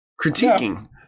critiquing